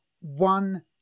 one